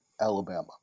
alabama